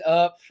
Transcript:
up